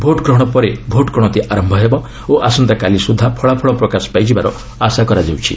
vote ଗ୍ରହଣ ପରେ vote ଗଣତି ଆରମ୍ଭ ହେବ ଓ ଆସନ୍ତାକାଲି ସୁଦ୍ଧା ଫଳାଫଳ ପ୍ରକାଶ ପାଇଯିବାର ଆଶା କରାଯାଉଛି